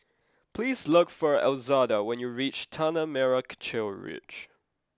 please look for Elzada when you reach Tanah Merah Kechil Ridge